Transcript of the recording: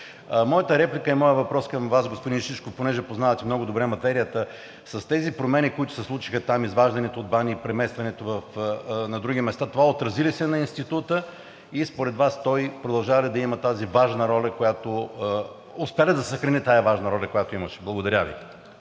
Моята реплика и моят въпрос към Вас, господин Шишков, понеже познавате много добре материята, с тези промени, които се случиха там – изваждането от БАН и преместването на други места, това отрази ли се на Института и според Вас той продължава ли да има тази важна роля, успя ли да съхрани тази важна роля, която имаше? Благодаря Ви.